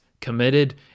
committed